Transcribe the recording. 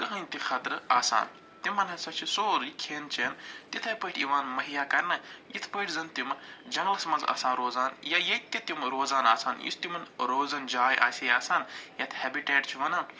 کٕہٕنۍ تہِ خطرٕ آسان تِمن ہَسا چھُ سورٕے کھٮ۪ن چٮ۪ن تِتھَے پٲٹھۍ یِوان مہیّا کَرنہٕ یِتھ پٲٹھۍ زن تِمہٕ جنٛگلس منٛز آسان روزان یا ییٚتہِ تِم روزان آسان یُس تِمن روزُن جاے آسہِ ہے آسان یَتھ ہٮ۪بِٹیٹ چھِ وَنان